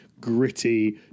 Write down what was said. gritty